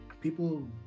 people